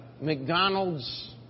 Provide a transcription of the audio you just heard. McDonald's